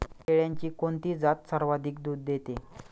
शेळ्यांची कोणती जात सर्वाधिक दूध देते?